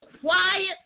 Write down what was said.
quiet